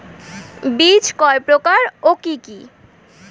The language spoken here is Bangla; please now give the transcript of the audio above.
বীজ কয় প্রকার ও কি কি?